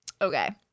Okay